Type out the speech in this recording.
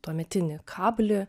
tuometinį kablį